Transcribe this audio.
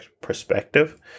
perspective